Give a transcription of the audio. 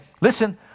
Listen